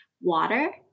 water